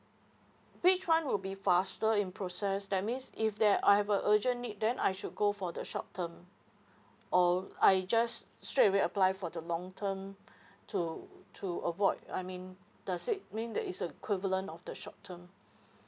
which one would be faster in process that means if there I have a urgent need then I should go for the short term or I just straight away apply for the long term to to avoid I mean does it mean that is a equivalent of the short term